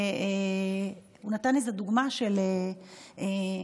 הוא נתן דוגמה של משפחה,